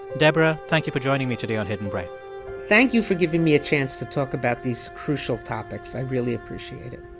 deborah, thank you for joining me today on hidden brain thank you for giving me a chance to talk about these crucial topics. i really appreciate it